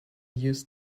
use